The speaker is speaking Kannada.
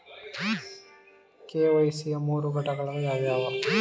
ಕೆ.ವೈ.ಸಿ ಯ ಮೂರು ಘಟಕಗಳು ಯಾವುವು?